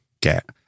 get